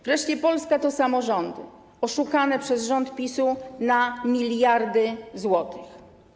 Wreszcie Polska to samorządy oszukane przez rząd PiS-u na miliardy złotych.